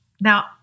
Now